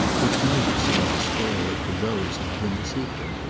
which might have seemed to spoil it for those not in the secret.